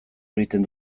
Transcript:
egiten